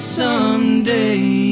someday